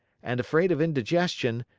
and, afraid of indigestion,